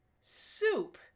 soup